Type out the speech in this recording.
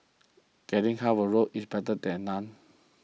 getting half a loaf is better than none